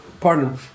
Pardon